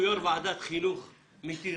וינגייט עשו דבר טוב שאני ואתה שיתפנו בו פעולה.